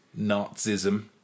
Nazism